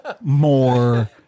more